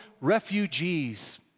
refugees